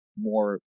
more